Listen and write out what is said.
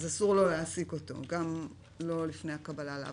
אסור לו להעסיק אותו, גם לא לפני הקבלה לעבודה,